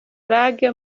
lague